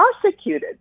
prosecuted